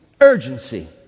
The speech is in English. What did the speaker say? urgency